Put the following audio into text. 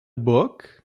book